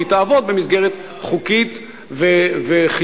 והיא תעבוד במסגרת חוקית וחיונית.